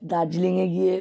দার্জিলিঙে গিয়ে